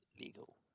Legal